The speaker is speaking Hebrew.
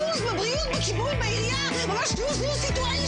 50 סועדים ועד 150 מ"ר שמסווג לרישוי היתר מזורז א'.